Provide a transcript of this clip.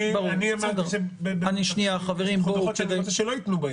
אני הבנתי --- דוחות שאני רוצה שלא ייתנו ביד.